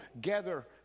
gather